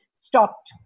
stopped